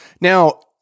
Now